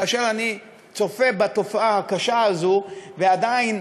כאשר אני צופה בתופעה הקשה הזאת, ועדיין,